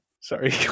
Sorry